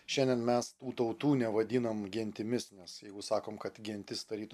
šiandien mes tų tautų nevadinome gentimis nes jeigu sakom kad gintis tarytum